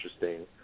interesting